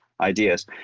ideas